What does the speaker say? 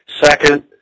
Second